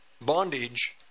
bondage